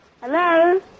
Hello